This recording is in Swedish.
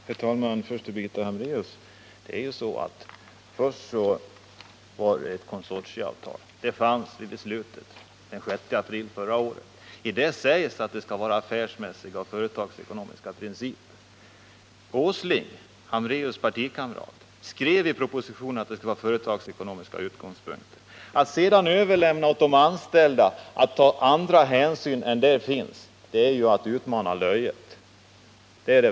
Herr talman! Först till Birgitta Hambraeus. I beslutet den 6 april förra året fanns det också ett konsortieavtal. I det sades att affärsmässiga och företagsekonomiska principer skulle gälla. Nils Åsling, Birgitta Hambraeus partikamrat, skrev i propositionen att företagsekonomiska principer skulle gälla. Att sedan överlåta åt de anställda att ta andra hänsyn är att utmana löjet.